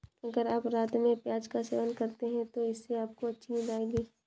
अगर आप रात में प्याज का सेवन करते हैं तो इससे आपको अच्छी नींद आएगी